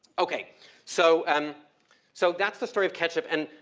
okay so um so that's the story of ketchup and,